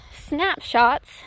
snapshots